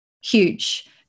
huge